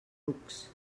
rucs